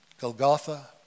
Golgotha